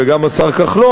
וגם את השר כחלון,